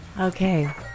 Okay